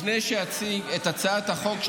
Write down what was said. לפני שאציג את הצעת החוק,